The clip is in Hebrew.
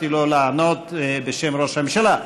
שאפשרתי לו לענות בשם ראש הממשלה.